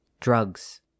drugs